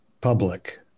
public